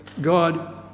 god